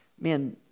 man